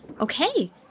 Okay